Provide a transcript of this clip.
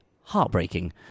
heartbreaking